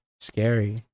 scary